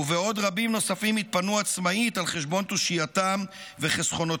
ובעוד רבים נוספים התפנו עצמאית על חשבון תושייתם וחסכונותיהם,